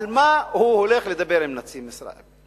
על מה הוא הולך לדבר עם נשיא מצרים?